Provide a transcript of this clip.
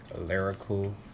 lyrical